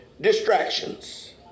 distractions